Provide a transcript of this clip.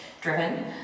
driven